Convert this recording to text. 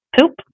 poop